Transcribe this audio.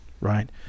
right